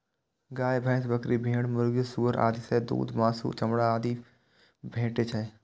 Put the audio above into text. गाय, भैंस, बकरी, भेड़, मुर्गी, सुअर आदि सं दूध, मासु, चमड़ा, अंडा आदि भेटै छै